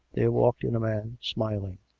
there walked in a man, smiling.